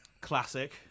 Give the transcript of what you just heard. classic